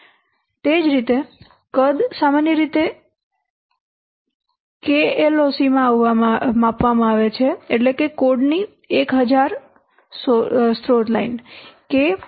તે જ રીતે કદ સામાન્ય રીતે KSLOC માં માપવામાં આવે છે એટલે કે કોડની 1000 સ્રોત લાઇન